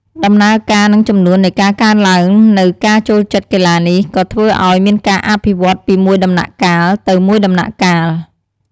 ដំណើរការនិងចំនួននៃការកើនឡើងនូវការចូលចិត្តកីឡានេះក៏ធ្វើឱ្យមានការអភិវឌ្ឍន៍ពីមួយដំណាក់ទៅមួយដំណាក់កាល។